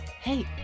hey